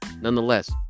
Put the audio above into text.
nonetheless